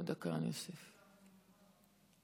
ההצעה להעביר את